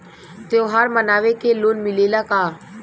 त्योहार मनावे के लोन मिलेला का?